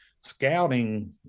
scouting